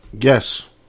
yes